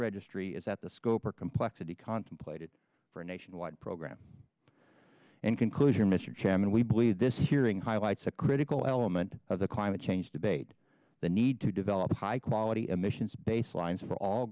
registry is at the scope or complexity contemplated for a nation wide program in conclusion mr chairman we believe this hearing highlights a critical element of the climate change debate the need to develop high quality emissions baselines for all